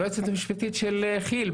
היועצת המשפטית של כיל,